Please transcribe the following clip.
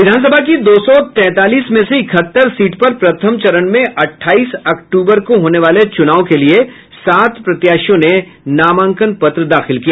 विधानसभा की दो सौ तैंतालीस में से इकहत्तर सीट पर प्रथम चरण में अट्ठाईस अक्टूबर को होने वाले चूनाव के लिए सात प्रत्याशियों ने नामांकन पत्र दाखिल किया